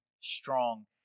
strong